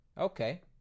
Okay